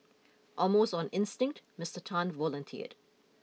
almost on instinct Mister Tan volunteered